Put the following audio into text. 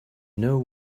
know